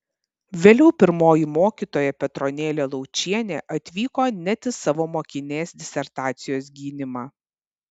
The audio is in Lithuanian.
vėliau pirmoji mokytoja petronėlė laučienė atvyko net į savo mokinės disertacijos gynimą